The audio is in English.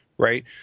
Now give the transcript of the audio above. right